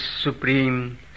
supreme